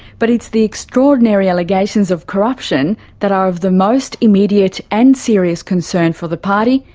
but it's the extraordinary allegations of corruption that are of the most immediate and serious concern for the party,